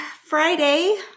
Friday